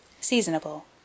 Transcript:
Seasonable